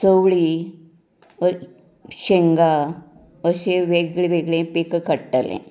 चवळीं पड शेंगां अशीं वेगवेगळीं पिकां काडटाली